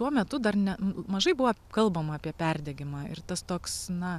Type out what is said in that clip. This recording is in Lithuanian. tuo metu dar ne mažai buvo kalbama apie perdegimą ir tas toks na